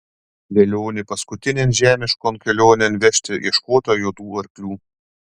velionį paskutinėn žemiškon kelionėn vežti ieškota juodų arklių